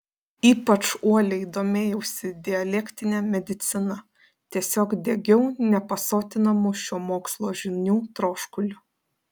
ypač uoliai domėjausi dialektine medicina tiesiog degiau nepasotinamu šio mokslo žinių troškuliu